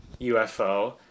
UFO